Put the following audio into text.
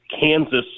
Kansas